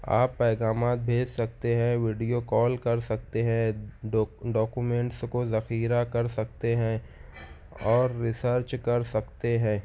آپ پیغامات بھیج سکتے ہیں ویڈیو کال کر سکتے ہیں ڈوک ڈاکومنٹس کو ذخیرہ کر سکتے ہیں اور ریسرچ کر سکتے ہیں